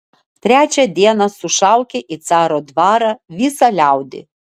trečią dieną sušaukė į caro dvarą visą liaudį